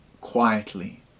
quietly